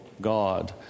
God